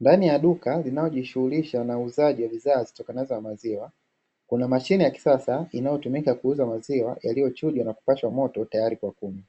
Ndani ya duka linalojishughulisha na uuzaji wa bidhaa zitokanazo na maziwa, kuna mashine ya kisasa inayotumika kuuza maziwa yaliyochujwa na kupashwa moto, tayari kwa kunywa.